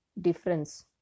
difference